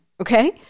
okay